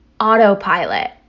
autopilot